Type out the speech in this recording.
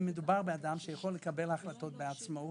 אם מדובר באדם שיכול לקבל החלטות בעצמו,